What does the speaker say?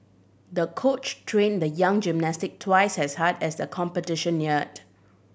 the coach trained the young gymnast twice as hard as the competition neared